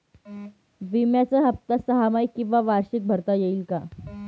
विम्याचा हफ्ता सहामाही किंवा वार्षिक भरता येईल का?